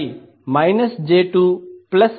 25 j2